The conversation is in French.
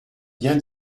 bien